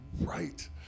right